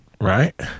right